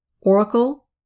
oracle